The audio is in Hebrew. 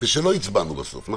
ושלא הצבענו בסוף, נכון,